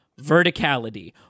verticality